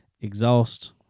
exhaust